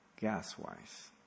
gas-wise